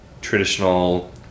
traditional